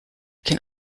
can